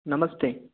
नमस्ते